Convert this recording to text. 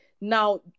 Now